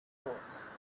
thoughts